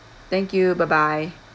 thank you bye bye